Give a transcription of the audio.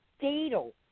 fatal